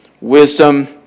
wisdom